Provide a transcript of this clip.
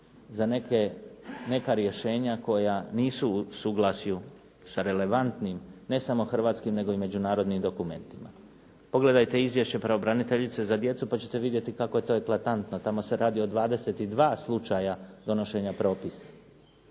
za neka rješenja koja nisu u suglasju sa relevantnim ne samo hrvatskim, nego i međunarodnim dokumentima. Pogledajte izvješće pravobraniteljice za djecu pa ćete vidjeti kako je to eklatantno. Tamo se radi o 22 slučaja donošenja propisa.